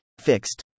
Fixed